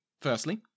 Firstly